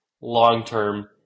long-term